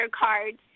cards